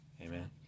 Amen